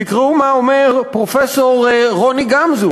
תקראו מה אומר פרופסור רוני גמזו,